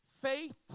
Faith